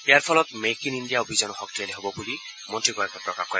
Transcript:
ইয়াৰ ফলত make in India অভিযানো শক্তিশালী হ'ব বুলিও মন্ত্ৰীগৰাকীয়ে প্ৰকাশ কৰে